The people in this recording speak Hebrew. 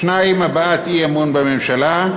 השני, הבעת אי-אמון בממשלה,